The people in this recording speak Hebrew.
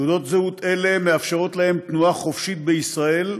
תעודות זהות אלו מאפשרות להם תנועה חופשית בישראל,